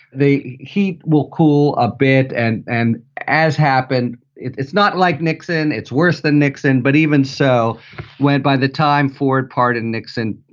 the heat will cool a bit and and as happened it's not like nixon. it's worse than nixon. but even so went by the time ford pardoned nixon.